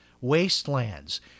wastelands